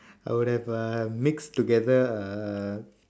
I would have uh mixed together a